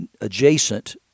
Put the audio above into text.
adjacent